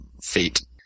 Fate